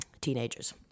teenagers